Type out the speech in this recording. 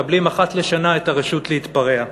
שמקבלים אחת לשנה את הרשות להתפרע,